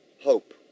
hope